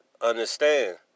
understand